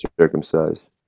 Circumcised